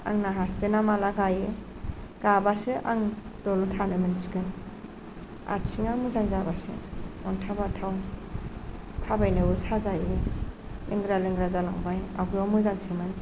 आंना हासबेन्दा माब्ला गायो गाब्लासो आं दलर थानो मोनसिगोन आथिङा मोजां जाबासो अन्थाव बाथाव थाबायनायावबो साजायो लेंग्रा लेंग्रा जालांबाय आवगायाव मोजांसोमोन